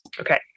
Okay